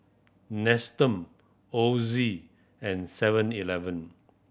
Nestum Ozi and Seven Eleven